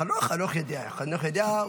חנוך יודע, חנוך יודע.